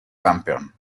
campeón